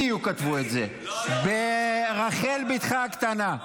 בדיוק כתבו את זה, ברחל בתך הקטנה.